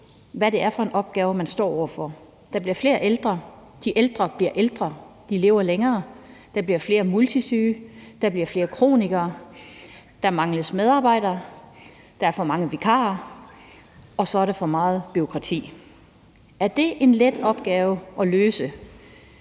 hvad det er for en opgave, man står over for. Der bliver flere ældre, de ældre bliver ældre, de lever længere, der bliver flere multisyge, der bliver flere kronikere, der mangler medarbejdere, der er for mange vikarer, og så er der for meget bureaukrati. Er det en let opgave at løse?